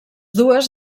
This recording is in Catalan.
dues